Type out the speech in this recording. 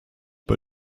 bei